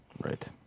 Right